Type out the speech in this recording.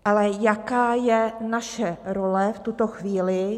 Ale jaká je naše role v tuto chvíli?